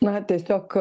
na tiesiog